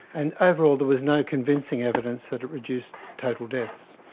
and overall there was no convincing evidence that it reduced total deaths.